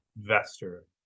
investor